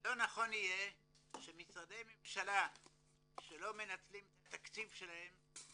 לא נכון יהיה שמשרדי ממשלה שלא מנצלים את התקציב שלהם